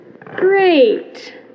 Great